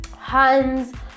hands